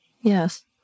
Yes